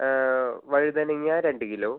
വഴുതനങ്ങ രണ്ട് കിലോ